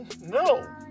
No